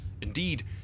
Indeed